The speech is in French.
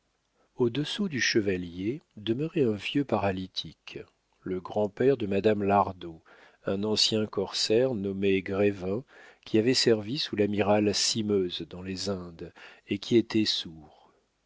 au-dessous du chevalier demeurait un vieux paralytique le grand-père de madame lardot un ancien corsaire nommé grévin qui avait servi sous l'amiral simeuse dans les indes et qui était sourd